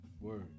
Word